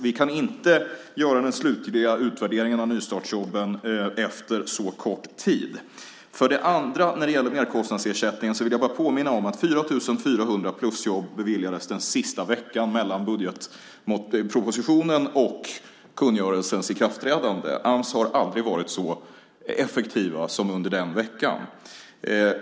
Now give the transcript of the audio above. Vi kan inte göra den slutliga utvärderingen av nystartsjobben efter så kort tid. För det andra vill jag när det gäller merkostnadsersättningen bara påminna om att 4 400 plusjobb beviljades den sista veckan mellan budgetpropositionen och kungörelsens ikraftträdande. Ams har aldrig varit så effektiv som under den veckan.